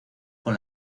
con